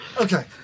Okay